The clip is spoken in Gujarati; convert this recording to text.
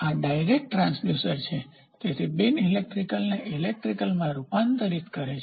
આ ડાયરેક્ટસીધો ટ્રાંસડ્યુસર છે તેથી બિન ઇલેક્ટ્રિકલને ઇલેક્ટ્રિકલ માં રૂપાંતરિત કરે છે